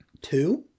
two